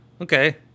Okay